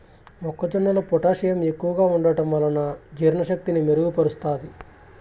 మొక్క జొన్నలో పొటాషియం ఎక్కువగా ఉంటడం వలన జీర్ణ శక్తిని మెరుగు పరుస్తాది